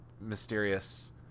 mysterious